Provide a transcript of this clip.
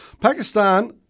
Pakistan